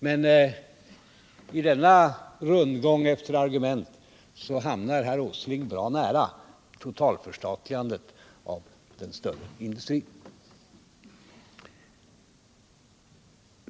Men i denna rundgång efter argument hamnar herr Åsling bra nära totalt förstatligande av den större industrin.